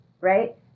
right